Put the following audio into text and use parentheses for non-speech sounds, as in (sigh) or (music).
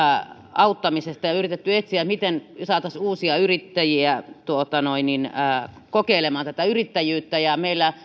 auttamisesta on yritetty etsiä miten saataisiin uusia yrittäjiä kokeilemaan tätä yrittäjyyttä ja meillä (unintelligible)